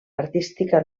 artística